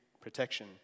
protection